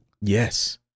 Yes